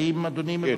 האם אדוני מבקש?